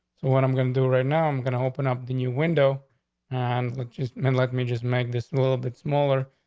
so what i'm gonna do right now, i'm going to open up the new window and which is then let me just make this a little bit smaller.